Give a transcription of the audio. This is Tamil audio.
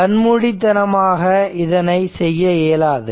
கண்மூடித்தனமாக இதனை செய்ய இயலாது